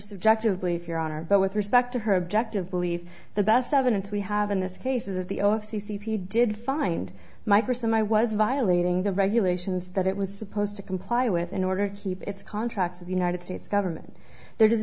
subjectively for your honor but with respect to her objective believe the best evidence we have in this case is that the o c p did find microfilm i was violating the regulations that it was supposed to comply with in order to keep its contract to the united states government there is